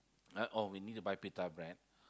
uh oh we need to buy pita bread